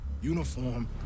uniform